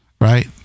Right